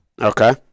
Okay